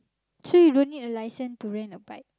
so you don't need a license to rent a bike